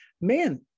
man